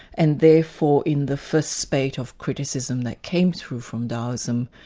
and therefore in the first spate of criticism that came through from daoism,